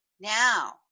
Now